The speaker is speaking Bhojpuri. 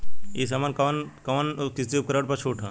ए समय कवन कवन कृषि उपकरण पर छूट ह?